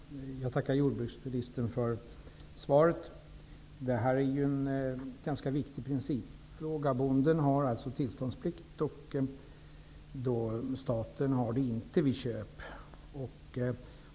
Herr talman! Jag tackar jordbruksministern för svaret. Det här är en ganska viktig principfråga. Bonden har tillståndsplikt vid köp medan staten inte har det.